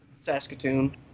Saskatoon